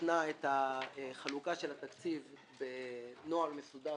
התנה את החלוקה של התקציב בנוהל מסודר